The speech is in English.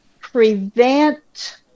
prevent